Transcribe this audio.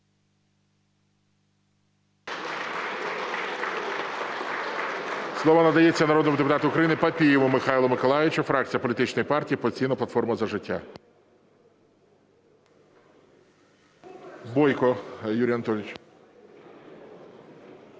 Слово надається народному депутату України Папієву Михайлу Миколайовичу, фракція політичної партії "Опозиційна платформа – За життя". Бойко Юрій Анатолійович.